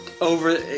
over